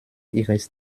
ihres